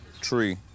tree